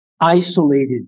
isolated